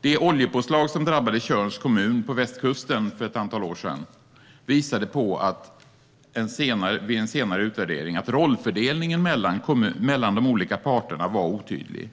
Det oljepåslag som drabbade Tjörns kommun på västkusten för ett antal år sedan visade vid en senare utvärdering att rollfördelningen mellan de olika parterna var otydlig.